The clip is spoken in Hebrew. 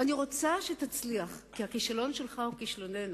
אני רוצה שתצליח, כי הכישלון שלך הוא כישלוננו.